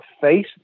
face